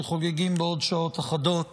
שחוגגים בעוד שעות אחדות